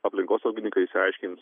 aplinkosaugininkai išsiaiškins